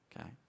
Okay